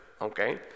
Okay